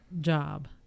job